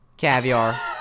Caviar